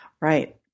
Right